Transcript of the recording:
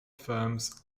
firms